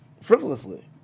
frivolously